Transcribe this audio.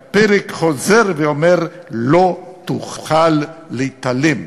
והפרק חוזר ואומר: "לא תוכל להתעלם".